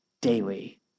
daily